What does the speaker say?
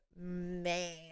man